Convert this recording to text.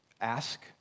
Ask